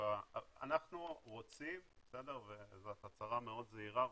אנחנו רוצים וזאת הצהרה מאוד זהירה,